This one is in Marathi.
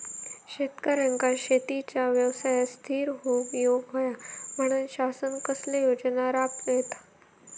शेतकऱ्यांका शेतीच्या व्यवसायात स्थिर होवुक येऊक होया म्हणान शासन कसले योजना राबयता?